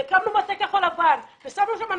והקמנו מטה כחול-לבן ושמנו שם אנשים,